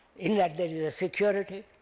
in that there is a security,